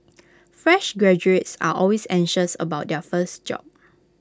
fresh graduates are always anxious about their first job